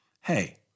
Hey